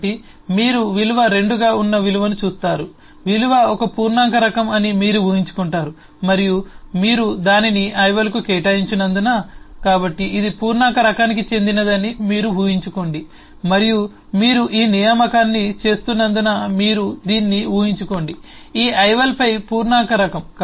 కాబట్టి మీరు విలువ 2 గా ఉన్న విలువను చూస్తారు విలువ ఒక పూర్ణాంక రకం అని మీరు ఉహించుకుంటారు మరియు మీరు దానిని ఐవల్కు కేటాయించినందున కాబట్టి ఇది పూర్ణాంక రకానికి చెందినదని మీరు ఉహించుకోండి మరియు మీరు ఈ నియామకాన్ని చేస్తున్నందున మీరు దీన్ని ఉహించుకోండి ఈ ఐవల్ పై పూర్ణాంక రకం